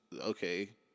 Okay